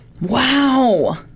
Wow